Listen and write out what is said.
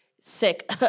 sick